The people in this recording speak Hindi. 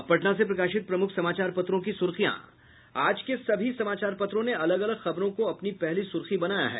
अब पटना से प्रकाशित प्रमुख समाचार पत्रों की सुर्खियां आज के सभी समाचार पत्रों ने अलग अलग खबरों को अपनी पहली सुर्खी बनाया है